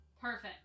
Perfect